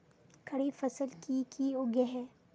खरीफ फसल की की उगैहे?